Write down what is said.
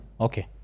Okay